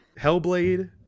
Hellblade